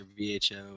VHO